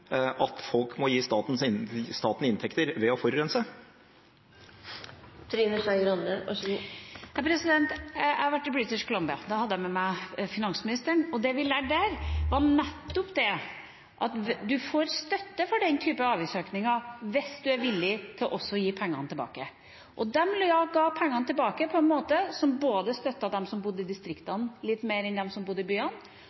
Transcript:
at folk må gi staten inntekter ved å forurense? Jeg har vært i British Columbia, og da hadde jeg med meg finansministeren. Det vi lærte der, var nettopp det at en får støtte for den typen avgiftsøkninger hvis en er villig til også å gi pengene tilbake. De ga pengene tilbake på en måte som støttet både dem som bor i